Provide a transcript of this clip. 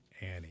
Annie